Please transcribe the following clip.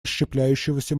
расщепляющегося